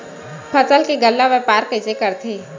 फसल के गल्ला व्यापार कइसे करथे?